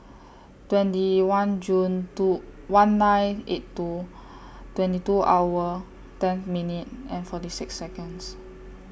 twenty one June two one nine eight two twenty two hour ten minute and forty six Seconds